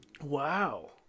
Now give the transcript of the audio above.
Wow